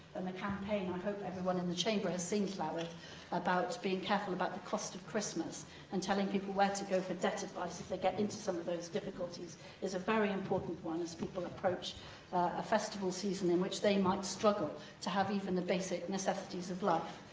and the campaign i hope everyone in the chamber has seen, llywydd about being careful about the cost of christmas and telling people where to go for debt advice if they get into some of those difficulties is a very important one as people approach a festival season in which they might struggle to have even the basic necessities of life.